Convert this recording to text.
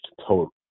total